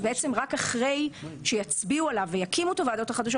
אמנם רק אחרי שיצביעו עליו ויקימו את הוועדות החדשות